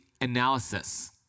analysis